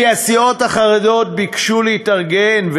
כי הסיעות החרדיות ביקשו להתארגן,